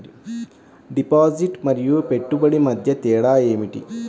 Deposit మరియు పెట్టుబడి మధ్య తేడా ఏమిటి?